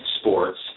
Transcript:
sports